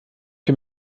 für